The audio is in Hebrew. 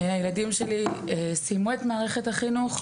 הילדים שלי סיימו את מערכת החינוך.